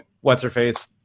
What's-Her-Face